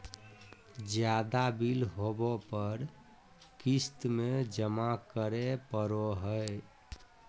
ज्यादा बिल होबो पर क़िस्त में जमा करे पड़ो हइ